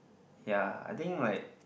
ya I think like